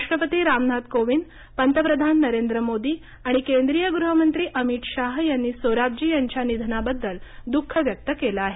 राष्ट्रपती रामनाथ कोविंद पंतप्रधान नरेंद्र मोदी आणि केंद्रीय गृहमंत्री अमित शाह यांनी सोराबजी यांच्या निधनाबद्दल दुःख व्यक्त केलं आहे